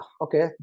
okay